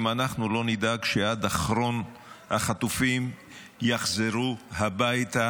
אם אנחנו לא נדאג שעד אחרון החטופים יחזור הביתה.